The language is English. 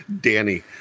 Danny